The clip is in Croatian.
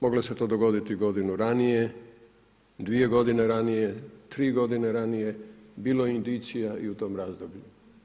Moglo se to dogoditi i godinu ranije, dvije godine ranije, tri godine ranije, bilo je indicija i u tom razdoblju.